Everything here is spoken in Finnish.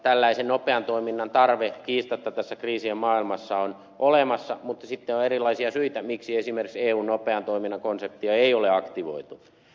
tällaisen nopean toiminnan tarve kiistatta tässä kriisien maailmassa on olemassa mutta sitten on erilaisia syitä miksi esimerkiksi eun nopean toiminnan konseptia ei ole aktivoitu